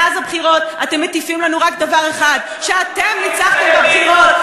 מאז הבחירות אתם מטיפים לנו רק דבר אחד: שאתם ניצחתם בבחירות,